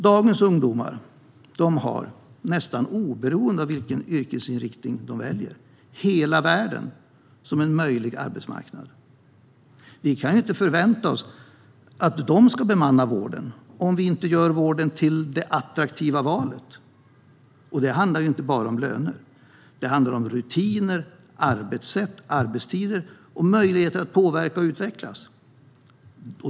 Dagens ungdomar har, nästan oberoende av vilken yrkesinriktning de väljer, hela världen som en möjlig arbetsmarknad. Vi kan inte förvänta oss att de ska bemanna vården om vi inte gör den till det attraktiva valet. Det handlar inte enbart om löner, utan det handlar om rutiner, arbetssätt, arbetstider och möjligheter att påverka och utvecklas.